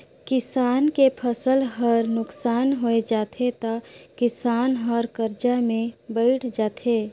किसान के फसल हर नुकसान होय जाथे त किसान हर करजा में बइड़ जाथे